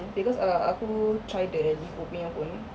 because uh aku try the LiHO punya pun